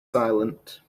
silent